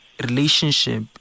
relationship